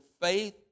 Faith